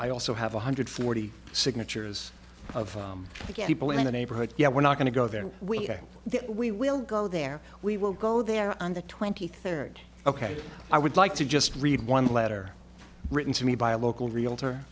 i also have one hundred forty signatures of again people in the neighborhood yet we're not going to go there we're going we will go there we will go there on the twenty third ok i would like to just read one letter written to me by a local realtor